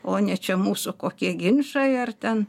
o ne čia mūsų kokie ginčai ar ten